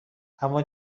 اما